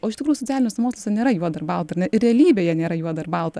o iš tikrųjų socialiniuose moksluose nėra juoda ir balta ar ne ir realybėje nėra juoda ir balta